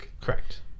Correct